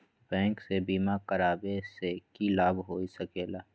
Bank से बिमा करावे से की लाभ होई सकेला?